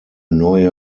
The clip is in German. neue